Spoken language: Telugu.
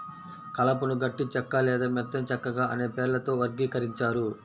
కలపను గట్టి చెక్క లేదా మెత్తని చెక్కగా అనే పేర్లతో వర్గీకరించారు